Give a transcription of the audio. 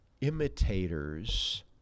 imitators